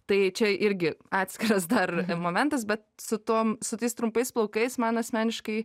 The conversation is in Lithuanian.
tai čia irgi atskiras dar momentas bet su tuom su tais trumpais plaukais man asmeniškai